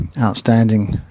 Outstanding